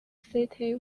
city